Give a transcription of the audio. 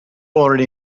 already